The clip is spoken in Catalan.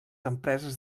empreses